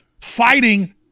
fighting